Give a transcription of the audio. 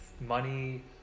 money